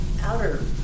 outer